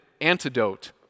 antidote